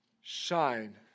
shine